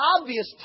obvious